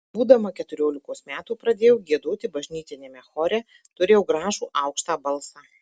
būdama keturiolikos metų pradėjau giedoti bažnytiniame chore turėjau gražų aukštą balsą